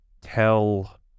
tell